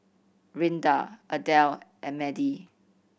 Rinda Ardelle and Madie